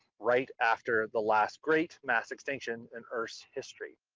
right after the last great mass extinction in earth's history.